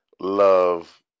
love